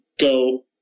go